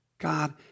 God